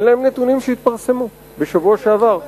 אלה הם נתונים שהתפרסמו בשבוע שעבר.